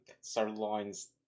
Sirloin's